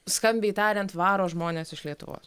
skambiai tariant varo žmones iš lietuvos